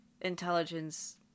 intelligence